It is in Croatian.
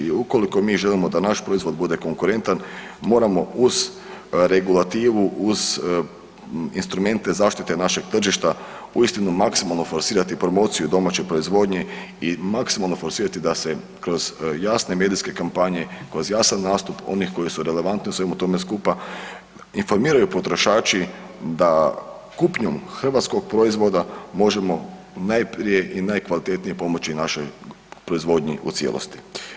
I ukoliko mi želimo da naš proizvod bude konkurentan moramo uz regulativu, uz instrumente zaštite našeg tržišta uistinu maksimalno forsirati promociju domaće proizvodnje i maksimalno forsirati da se kroz jasne medijske kampanje, kroz jasan nastup onih koji su relevantni u svemu tome skupa informiraju potrošači da kupnjom hrvatskog proizvoda možemo najprije i najkvalitetnije pomoći našoj proizvodnji u cijelosti.